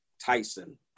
Tyson